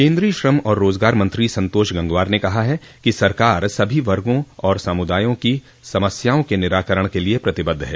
केन्द्रीय श्रम और रोज़गार मंत्री संतोष गंगवार ने कहा है कि सरकार सभी वर्गो और समदायों की समस्याओं के निराकरण के लिये प्रतिबद्ध है